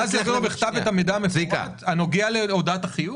אז צריך להעביר לו בכתב את המידע המפורט הנוגע להודעת החיוב?